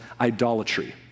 idolatry